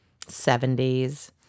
70s